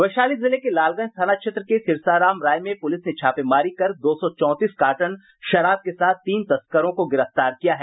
वैशाली जिले के लालगंज थाना क्षेत्र के सिरसा राम राय में पुलिस ने छापेमारी कर दो सौ चौंतीस कार्टन शराब के साथ तीन तस्करों को गिरफ्तार किया है